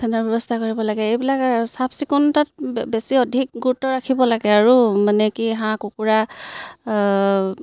ফেনৰ ব্যৱস্থা কৰিব লাগে এইবিলাক আৰু চাফ চিকুণতাত বেছি অধিক গুৰুত্ব ৰাখিব লাগে আৰু মানে কি হাঁহ কুকুৰা